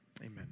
Amen